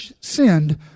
sinned